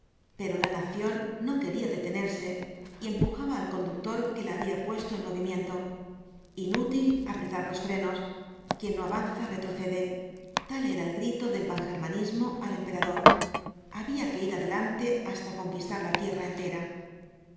pero la nación no quería detenerse y empujaba al conductor que la había puesto en movimiento inútil apretar los frenos quien no avanza retrocede tal era el grito del pangermanismo al emperador había que ir adelante hasta conquistar la tierra entera